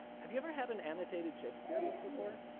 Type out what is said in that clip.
have you ever had and annotated shakespeare book before?